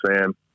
Sam